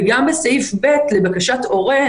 וגם בסעיף (ב) לבקשת הורה,